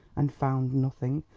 and found nothing,